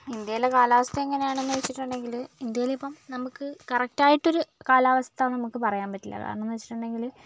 ഇന്ത്യയിലെ കാലാവസ്ഥ എങ്ങനെയാണെന്ന് വെച്ചിട്ടുണ്ടെങ്കിൽ ഇന്ത്യയിലിപ്പം നമുക്ക് കറക്റ്റായിട്ടൊരു കാലാവസ്ഥ നമുക്ക് പറയാൻ പറ്റില്ല കാരണം എന്ന് വെച്ചിട്ടുണ്ടെങ്കിൽ